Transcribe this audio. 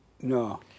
No